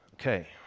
Okay